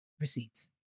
receipts